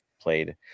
played